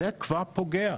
זה כבר פוגע.